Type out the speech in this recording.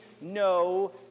no